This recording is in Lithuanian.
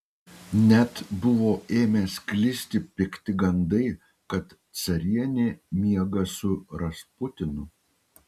net buvo ėmę sklisti pikti gandai kad carienė miega su rasputinu